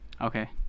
Okay